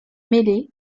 meslay